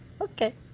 Okay